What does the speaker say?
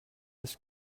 ist